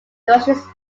directions